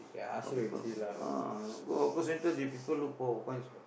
a lot of people uh go hawker centre they people look for coins what